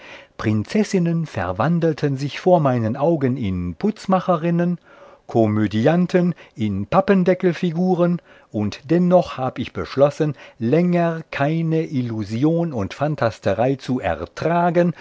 prinzessinnen verwandelten sich vor meinen augen in putzmacherinnen komödianten in pappendeckelfiguren und dennoch hab ich beschlossen länger keine illusion und phantasterei zu ertragen